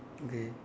okay